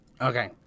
Okay